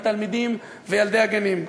התלמידים וילדי הגנים.